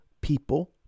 people